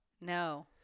No